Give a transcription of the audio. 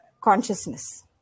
consciousness